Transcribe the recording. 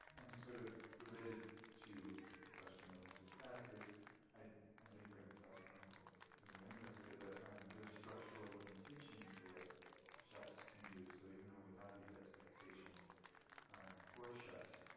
and sort of related to the question that was just asked is i didn't bring this up and i don't think really any of us did, but um there's structural limitations to what chefs can do, so even though we have these expectations for chefs,